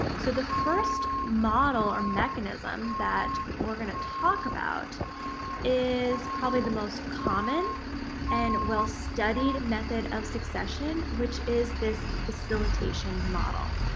so the first model or mechanism that we're going to talk about is probably the most common and well studied method of succession which is this facilitation model.